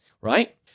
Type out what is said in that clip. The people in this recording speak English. right